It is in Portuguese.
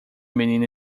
menina